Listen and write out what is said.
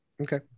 Okay